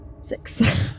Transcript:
six